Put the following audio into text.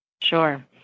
Sure